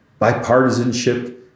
bipartisanship